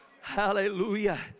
Hallelujah